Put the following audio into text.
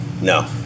No